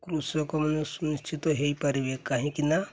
କୃଷକମାନେ ସୁନିଶ୍ଚିତ ହେଇପାରିବେ କାହିଁକି ନା